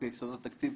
יסודות התקציב